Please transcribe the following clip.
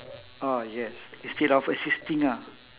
oh yes instead of assisting ah